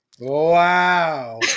Wow